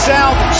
South